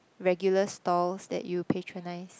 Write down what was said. regular stores that you patronize